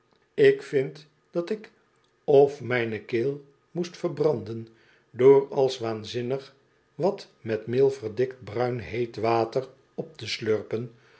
ik vind dat ik of mijne keel moest verbranden door als waanzinnig wat niet meel verdikt bruin heet water op te slurpen